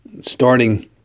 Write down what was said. starting